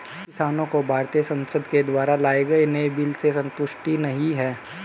किसानों को भारतीय संसद के द्वारा लाए गए नए बिल से संतुष्टि नहीं है